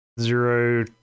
Zero